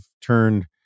turned